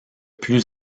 plus